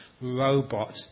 robot